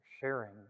sharing